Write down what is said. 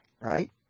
Right